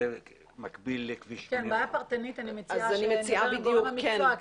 מקביל לכביש 85. בעיה פרטנית ואני מציעה שתדברו עם גורמי המקצוע.